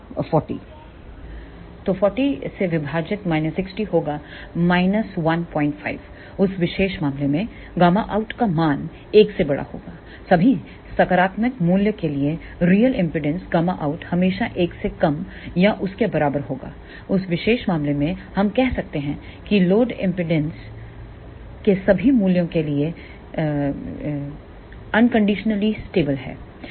तो 60 से 40 होगा 15 उस विशेष मामले में Γout का मान 1 है सभी सकारात्मक मूल्य के लिए रियल एमपीडांस Γout हमेशा 1 से कम या उसके बराबर होगा उस विशेष मामले में हम कहते हैं कि यह लोड एमपीडांस के सभी मूल्यों के लिए अनकंडीशनली स्टेबल है